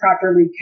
properly